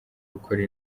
gukora